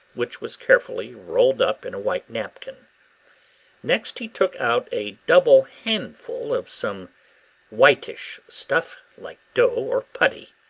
which was carefully rolled up in a white napkin next he took out a double-handful of some whitish stuff, like dough or putty.